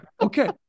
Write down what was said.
okay